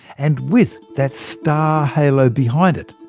and with that star halo behind it,